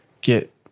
get